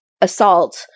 assault